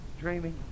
dreaming